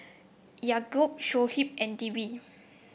Yaakob Shoaib and Dewi